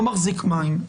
לא מחזיק מים.